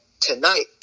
tonight